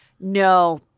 no